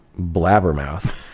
blabbermouth